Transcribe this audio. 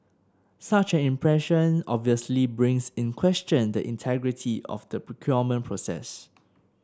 such an impression obviously brings in question the integrity of the procurement process